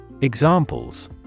Examples